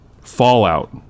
Fallout